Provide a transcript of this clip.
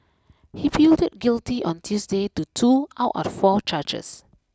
he pleaded guilty on Tuesday to two out of four charges